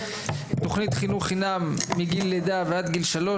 תוכנית חינוך חינם מגיל לידה ועד גיל שלוש.